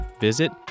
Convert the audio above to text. visit